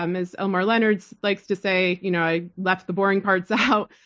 um as elmore leonard likes to say, you know i left the boring parts out.